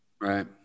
Right